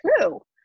true